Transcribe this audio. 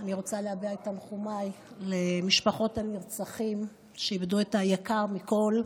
אני רוצה להביע את תנחומיי למשפחות הנרצחים שאיבדו את היקר מכול,